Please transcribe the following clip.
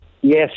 Yes